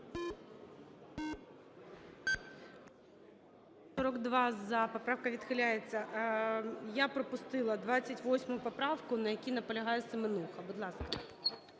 За-42 Поправка відхиляється. Я пропустила 28 поправку, на якій наполягає Семенуха. Будь ласка.